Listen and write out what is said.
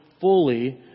fully